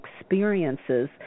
experiences